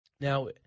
Now